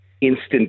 instant